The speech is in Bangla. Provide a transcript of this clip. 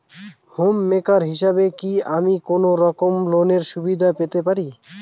হোম মেকার হিসেবে কি আমি কোনো রকম লোনের সুবিধা পেতে পারি?